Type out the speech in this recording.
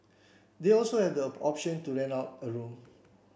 they also have the option to rent out a room